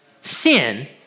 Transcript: sin